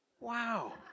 Wow